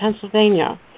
Pennsylvania